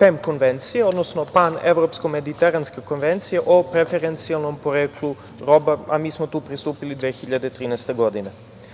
PEM konvencije, odnosno Pan evropsko-mediteranska konvencija o preferencijalnom poreklu roba, a mi smo tu pristupili 2013. godine. To